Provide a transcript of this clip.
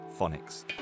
phonics